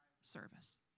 service